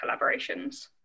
collaborations